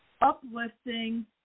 uplifting